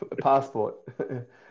Passport